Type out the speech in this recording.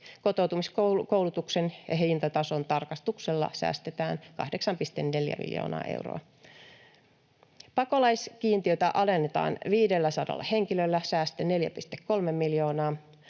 Kotoutumiskoulutuksen ja hintatason tarkastuksella säästetään 8,4 miljoonaa euroa. Pakolaiskiintiötä alennetaan 500 henkilöllä — säästö 4,3 miljoonaa.